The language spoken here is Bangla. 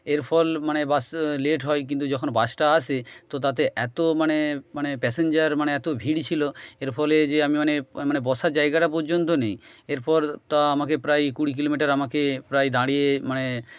এর ফল মানে বাস লেট হয় কিন্তু যখন বাসটা আসে তো তাতে এত মানে মানে প্যাসেঞ্জার মানে এতো ভিড় ছিল এর ফলে যে আমি মানে মানে বসার জায়গাটা পর্যন্ত নেই এরপর তা আমাকে প্রায় কুড়ি কিলোমিটার আমাকে প্রায় দাঁড়িয়ে মানে